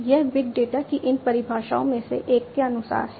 यह big data की इन परिभाषाओं में से एक के अनुसार है